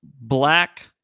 black